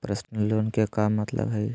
Personal loan के का मतलब हई?